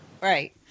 Right